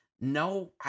no